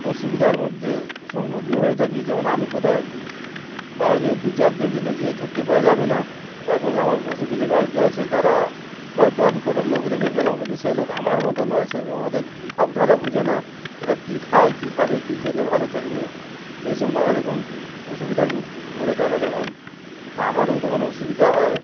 অসুবিধার মধ্যে সম্মুখীন হয়ে থাকি যেমন আমি কোথাও বাইরে দু চার দিন জন্য যেয়ে থাকতে পারা যাবে না এখন আমার পশুগুলি বাড়িতে আছে তারা হয়তো আমি কোনো লোক রেখে গেলাম কিন্তু সে লোক আমার মতো নয় সেরকম ওদের ভাবধারা বুঝে না ওরা কী খায় কী খাবে কী খেলে ভালো থাকবে সেই সব নানারকম অসুবিধার মুখ পড়ে তারা তখন আমারও তখন অসুবিধা হয়